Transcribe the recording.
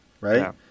right